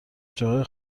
جاهای